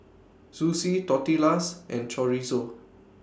Zosui Tortillas and Chorizo